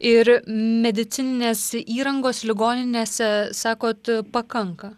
ir medicininės įrangos ligoninėse sakot pakanka